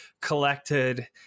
collected